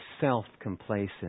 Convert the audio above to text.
self-complacent